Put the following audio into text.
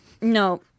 No